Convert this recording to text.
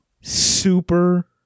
super